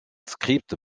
script